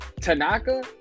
Tanaka